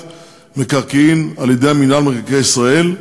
מקרקעין על-ידי מינהל מקרקעי ישראל.